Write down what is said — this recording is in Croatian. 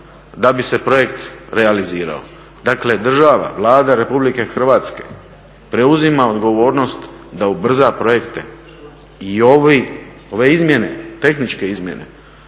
da bi se projekt realizirao. Dakle, država, Vlada Republike Hrvatske preuzima odgovornost da ubrza projekte. I ove izmjene, tehničke izmjene